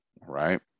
right